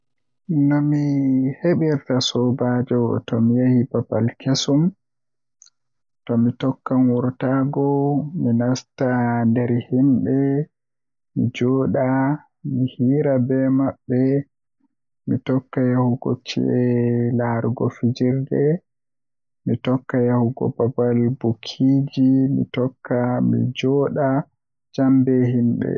Nomi heɓirta sobiraaɓe tomi yahi babal kesum mi tokkan Wurtaago mi nasta nder himɓe mi jooɗa mi hiira be mabɓe, Mi tokkaa yahugo ci'e laarugo fijirle mi tokka yahugo babal bukiiji Mi tokka mi joɗa jam be himɓe.